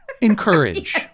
encourage